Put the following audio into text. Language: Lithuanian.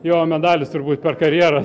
jo medalis turbūt per karjerą